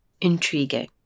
intriguing